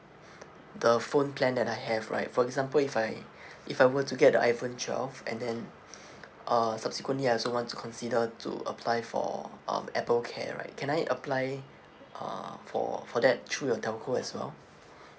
the phone plan that I have right for example if I if I were to get the iphone twelve and then uh subsequently I also want to consider to apply for um apple care right can I apply uh for for that through your telco as well